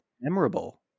memorable